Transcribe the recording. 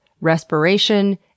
respiration